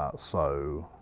ah so,